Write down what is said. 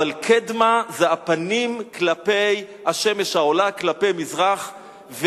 אבל קדמה זה הפנים כלפי השמש העולה, כלפי מזרח.